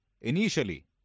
Initially